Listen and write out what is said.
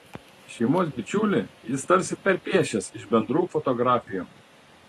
šeimos bičiulį jis tarsi perpiešęs iš bendrų fotografijų